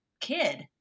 kid